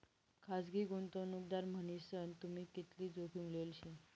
खासगी गुंतवणूकदार मन्हीसन तुम्ही कितली जोखीम लेल शे